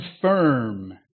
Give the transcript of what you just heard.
firm